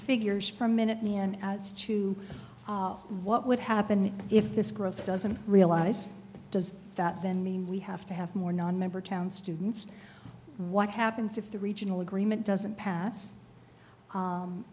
figures from minute man as to what would happen if this growth doesn't realise does that then mean we have to have more nonmember town students what happens if the regional agreement doesn't pass